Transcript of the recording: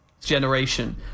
generation